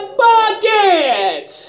bucket